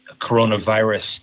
coronavirus